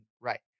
right